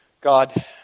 God